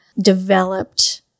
developed